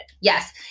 Yes